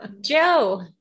Joe